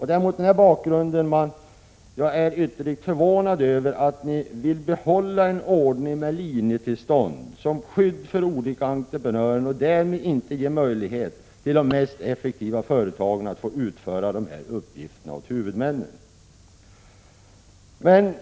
Det är mot denna bakgrund jag är ytterligt förvånad över att ni vill behålla en ordning med linjetillstånd som skydd för olika entreprenörer och därmed inte ge möjlighet till de mest effektiva företagen att få utföra dessa uppgifter åt huvudmännen.